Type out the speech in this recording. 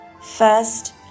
First